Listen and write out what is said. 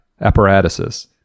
apparatuses